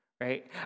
right